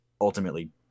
ultimately